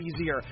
easier